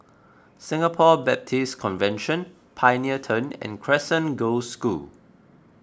Singapore Baptist Convention Pioneer Turn and Crescent Girls' School